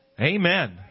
Amen